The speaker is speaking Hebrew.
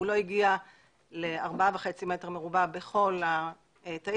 הוא לא הגיע ל-4.5 מטר מרובע בכל התאים,